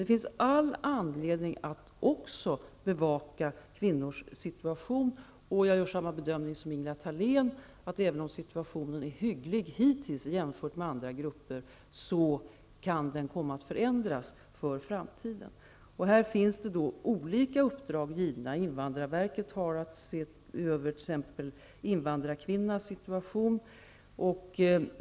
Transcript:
Det finns all anledning att också bevaka kvinnors situation, och jag gör samma bedömning som Ingela Thalén att situationen, även om den jämfört med andra gruppers är hygglig hittills, i framtiden kan komma att förändras. Vi har då olika uppdrag givna för olika grupper. Invandrarverket har att se över t.ex. invandrarkvinnans situation.